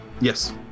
Yes